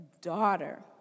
Daughter